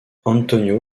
antonio